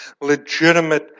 legitimate